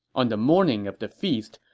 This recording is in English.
on the morning of the feast,